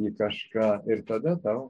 į kažką ir tada tau